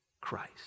Christ